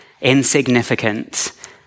insignificant